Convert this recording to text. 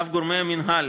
אף גורמי המינהל,